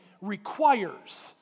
requires